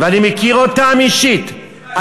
ואני מכיר אותם אישית.